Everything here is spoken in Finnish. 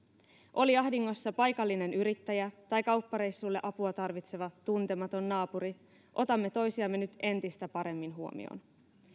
oli ahdingossa paikallinen yrittäjä tai kauppareissulle apua tarvitseva tuntematon naapuri otamme toisiamme nyt entistä paremmin huomioon